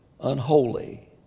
unholy